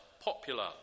popular